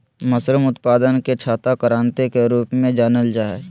mushroom उत्पादन के छाता क्रान्ति के रूप में जानल जाय हइ